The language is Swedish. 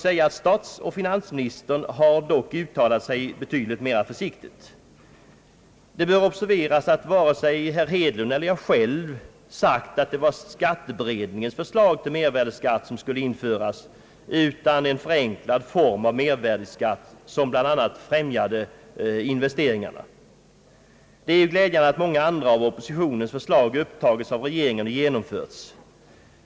Statsoch finansministrarna har dock uttalat sig mera försiktigt. Det bör observeras att varken herr Hedlund eller jag själv sagt att det var skatteberedningens förslag till mervärdeskatt som skulle införas, utan en för enklad form av mervärdeskatt som bl.a. främjade investeringarna. Det är ju glädjande att många andra av Oppositionens förslag upptagits av regeringen och genomförts.